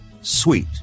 sweet